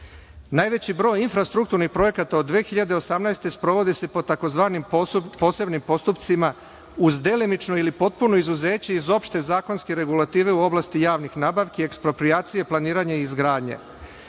broj infrastrukturnih projekata od 2018. godine sprovodi se po tzv. posebnim postupcima uz delimično ili potpuno izuzeće iz opšte zakonske regulative u oblasti javnih nabavki, eksproprijacije, planiranja i izgradnje. Znači,